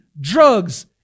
drugs